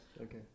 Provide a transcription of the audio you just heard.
Okay